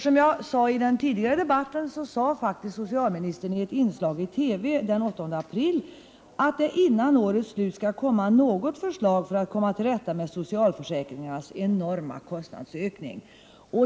Som jag framhöll i den tidigare debatten sade faktiskt socialministern i ett TV-inslag den 8 april att det före årets slut skall komma förslag för att komma till rätta med socialförsäkringarnas enorma kostnadsökning.